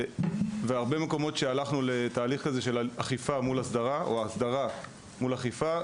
בהרבה מקומות בהם הלכנו לתהליך כזה של הסדרה מול אכיפה,